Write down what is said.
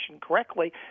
correctly